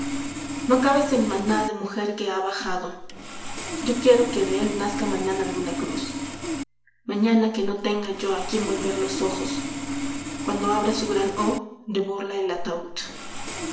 no acabes el maná de mujer que ha bajado yo quiero que de él nazca mañana alguna cruz mañana que no tenga yo a quien volver los ojos cuando abra su gran o de burla el ataúd